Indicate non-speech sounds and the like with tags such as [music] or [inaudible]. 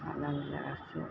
[unintelligible]